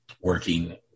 working